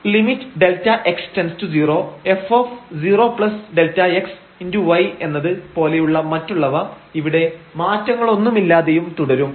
limΔx→0 f 0Δxy എന്നത് പോലെയുള്ള മറ്റുള്ളവ ഇവിടെ മാറ്റങ്ങളൊന്നുമില്ലാതെയും തുടരും